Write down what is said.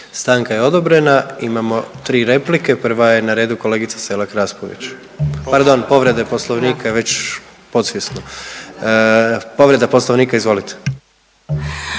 Stanka je odobrena. Imamo 3 replike. Prva je na redu kolegica Selak Raspudić. Pardon, povrede Poslovnika, već podsvjesno. Povreda Poslovnika, izvolite.